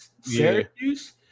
Syracuse